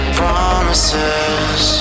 promises